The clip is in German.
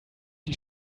die